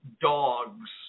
dogs